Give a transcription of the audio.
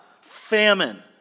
famine